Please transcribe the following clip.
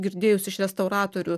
girdėjus iš restauratorių